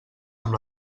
amb